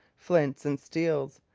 flints and steels,